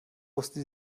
wusste